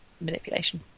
manipulation